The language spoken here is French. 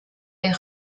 est